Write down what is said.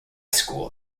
school